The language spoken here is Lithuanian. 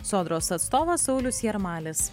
sodros atstovas saulius jarmalis